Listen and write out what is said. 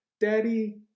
daddy